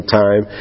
time